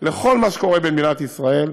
לכל מה שקורה במדינת ישראל,